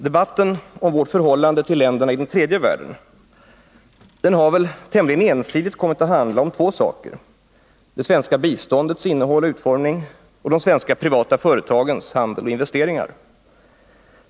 Debatten om vårt förhållande till länderna i den tredje världen har tämligen ensidigt kommit att handla om två saker: det svenska biståndets innehåll och utformning och de svenska privata företagens handel och investeringar.